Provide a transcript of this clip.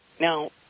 Now